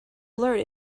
blurred